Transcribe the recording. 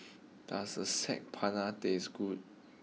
does Saag Paneer taste good